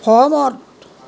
সহমত